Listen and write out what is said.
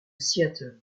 seattle